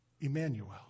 Emmanuel